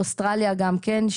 אוסטרליה גם כן,